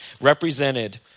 represented